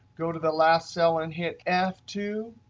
go to the last cell and hit f two.